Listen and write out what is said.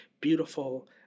beautiful